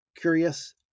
curious